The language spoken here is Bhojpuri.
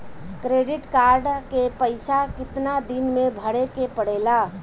क्रेडिट कार्ड के पइसा कितना दिन में भरे के पड़ेला?